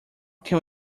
can